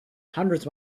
hundreds